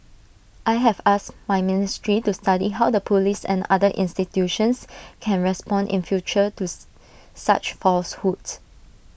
I have asked my ministry to study how the Police and other institutions can respond in future tooth such falsehoods